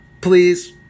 please